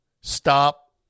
stop